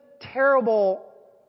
terrible